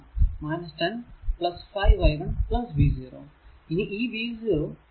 10 5 i 1 v0 ഇനി ഈ v 0 ഇവിടെ കറന്റ് ശരിക്കും പ്രവേശിക്കുകയാണ്